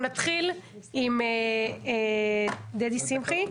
נתחיל עם דדי שמחי,